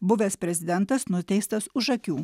buvęs prezidentas nuteistas už akių